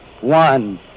one